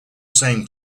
same